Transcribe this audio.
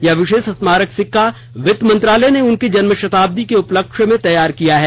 यह विशेष स्मारक सिक्का वित्त मंत्रालय ने उनकी जन्मशताब्दी के उपलक्ष्य में तैयार किया है